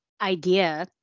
idea